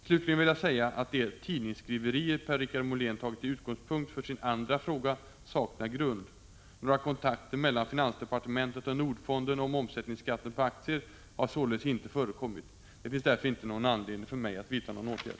Slutligen vill jag säga att de tidningsskriverier Per-Richard Molén tagit till utgångspunkt för sin andra fråga saknar grund. Några kontakter mellan finansdepartementet och Nordfonden om omsättningsskatten på aktier har således inte förekommit. Det finns därför inte anledning för mig att vidta någon åtgärd.